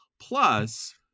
plus